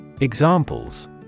Examples